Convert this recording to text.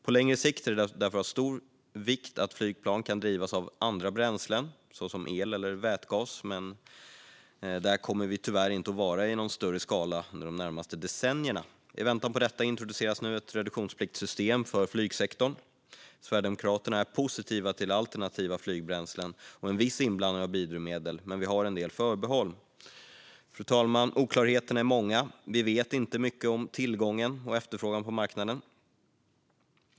På längre sikt är det av stor vikt att flygplan kan drivas av andra bränslen såsom el och vätgas, men där kommer vi inte att vara i någon stor skala under de närmaste decennierna. I väntan på detta introduceras nu ett reduktionspliktssystem för flygsektorn. Sverigedemokraterna är positiva till alternativa flygbränslen och en viss inblandning av biodrivmedel, men vi har en del förbehåll. Fru talman! Oklarheterna är många. Vi vet inte mycket om tillgången och efterfrågan på marknaden.